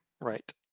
Right